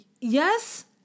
Yes